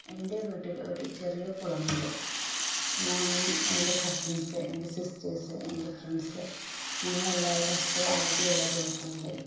എന്റെ വീട്ടിൽ ഒരു ചെറിയ കുളമുണ്ട് ഞാൻ എന്റെ കസിൻസ് എന്റെ സിസ്റ്റേഴ്സ് എന്റെ ഫ്രണ്ട്സ് ഞങ്ങൾ എല്ലാവരും സ്കൂൾ അവധിയുള്ള ദിവസങ്ങളിൽ